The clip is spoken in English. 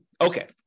Okay